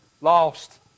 lost